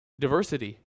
diversity